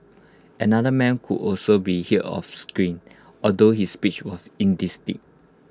another man could also be hear off screen although his speech was indistinct